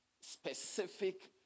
specific